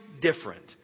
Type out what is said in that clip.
different